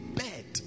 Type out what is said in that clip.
bed